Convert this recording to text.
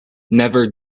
never